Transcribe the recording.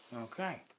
Okay